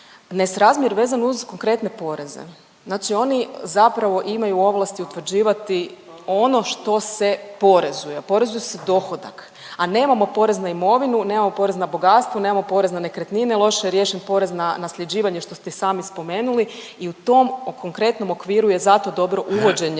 nesrazmjer vezan uz konkretne poreze. Znači oni zapravo imaju ovlasti utvrđivati ono što se porezuje, a oporezuje se dohodak, a nemamo porez na imovinu, nemamo porez na bogatstvo, nemamo porez na nekretnine, loše je riješen porez na nasljeđivanje što ste i sami spomenuli i u tom konkretnom okviru je zato dobro uvođenje